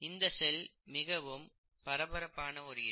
இந்த செல் மிகவும் பரபரப்பான ஒரு இடம்